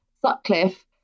Sutcliffe